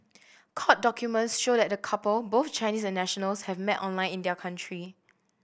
court documents show that the couple both Chinese nationals had met online in their country